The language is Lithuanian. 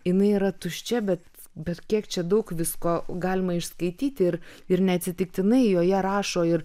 jinai yra tuščia bet bet kiek čia daug visko galima išskaityti ir ir neatsitiktinai joje rašo ir